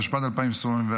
התשפ"ד 2024,